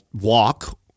walk